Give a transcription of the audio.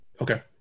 Okay